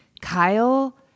kyle